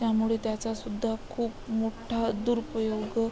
त्यामुळे त्याचासुद्धा खूप मोठा दुरुपयोग